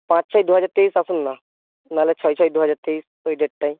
পাঁচ ছয় দু হাজার তেইশ আসুন না তাহলে ছয় ছয় দু হাজার তেইশ ওই ডেটটায়